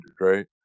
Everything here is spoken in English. Right